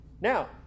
Now